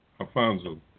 Alfonso